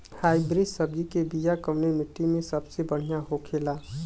Hybrid सब्जी के बिया कवने मिट्टी में सबसे बढ़ियां होखे ला?